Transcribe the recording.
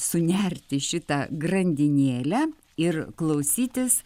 sunerti šitą grandinėlę ir klausytis